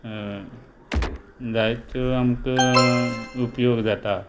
जायत्यो आमकां उपयोग जाता